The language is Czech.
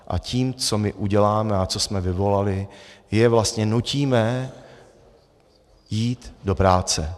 A tím, co my uděláme a co jsme vyvolali, je vlastně nutíme jít do práce.